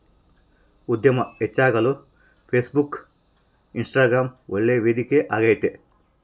ಉದ್ಯಮ ಹೆಚ್ಚಾಗಲು Facebook, Instagram ಒಳ್ಳೆ ವೇದಿಕೆ ಆಗೈತೆ